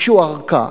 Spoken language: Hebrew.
ביקשו ארכה,